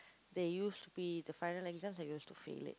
they used be the final exams I used to fail it